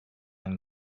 une